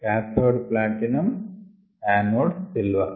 cathode platinum anode silver